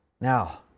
Now